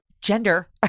gender